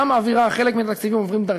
היא גם מעבירה, חלק מהתקציבים עוברים דרכה.